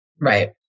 Right